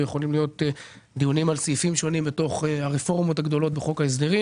אבל דיון מקצועי וענייני